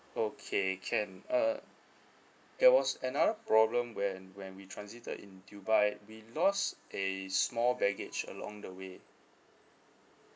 okay can uh there was another problem when when we transited in dubai we lost a small baggage along the way